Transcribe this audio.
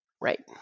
Right